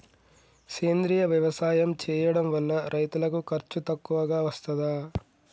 సేంద్రీయ వ్యవసాయం చేయడం వల్ల రైతులకు ఖర్చు తక్కువగా వస్తదా?